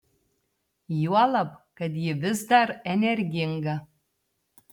juolab kad ji vis dar energinga